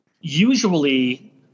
usually